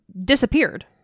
disappeared